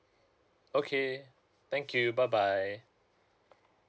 okay thank you bye bye